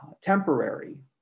temporary